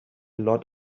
lot